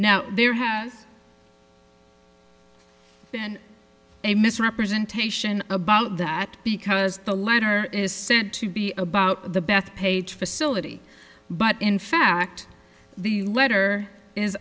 no there has a misrepresentation about that because the letter is said to be about the bethpage facility but in fact the letter is